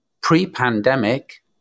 pre-pandemic